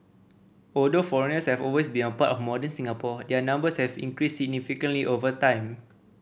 although foreigners have always been a part of modern Singapore their numbers have increased significantly over time